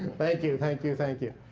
thank you, thank you, thank you.